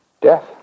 death